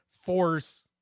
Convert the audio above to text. force